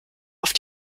auf